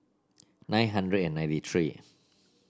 nine hundred and ninety three